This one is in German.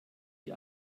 die